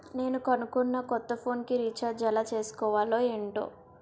నేను కొనుకున్న కొత్త ఫోన్ కి రిచార్జ్ ఎలా చేసుకోవాలో ఏంటో